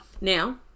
Now